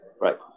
right